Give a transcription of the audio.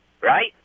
right